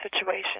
situation